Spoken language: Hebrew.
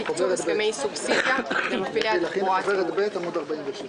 תקצוב הסכמי סובסידיה של מפעילי התחבורה הציבורית.